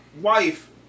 wife